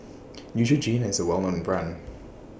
Neutrogena IS A Well known Brand